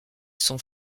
son